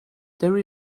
there